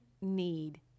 need